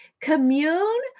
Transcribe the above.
Commune